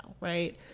right